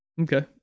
Okay